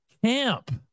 Camp